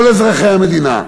כל אזרחי המדינה,